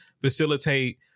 facilitate